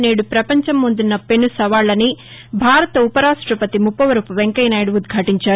నేడు వవంచం ముందున్న పెను నవాళ్ళని భారత ఉవ రాష్టవతి ముప్పవరవు వెంకయ్యనాయుడు ఉద్యాటించారు